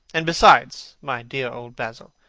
and besides, my dear old basil,